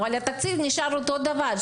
אבל התקציב נשאר אותו הדבר,